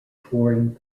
touring